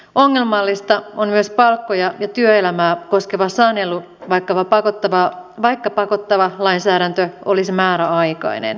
ongelmallista on myös palkkoja ja työelämää koskeva sanelu vaikka pakottava lainsäädäntö olisi määräaikainen